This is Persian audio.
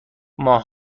ماه